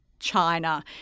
China